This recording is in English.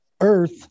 Earth